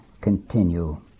continue